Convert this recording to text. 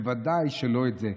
ובוודאי שלא את זה.